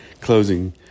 closing